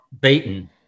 beaten